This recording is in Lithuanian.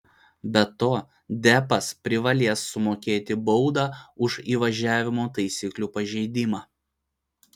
be to deppas privalės sumokėti baudą už įvažiavimo taisyklių pažeidimą